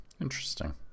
Interesting